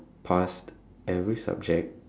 passed every subject